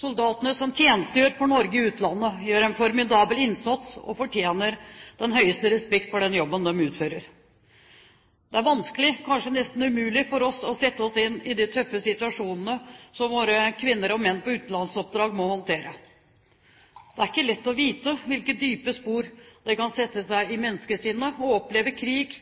Soldatene som tjenestegjør for Norge i utlandet, gjør en formidabel innsats og fortjener den høyeste respekt for den jobben de utfører. Det er vanskelig, kanskje nesten umulig, for oss å sette oss inn i de tøffe situasjonene som våre kvinner og menn på utenlandsoppdrag må håndtere. Det er ikke lett å vite hvilke dype spor det kan sette i menneskesinnet å oppleve krig,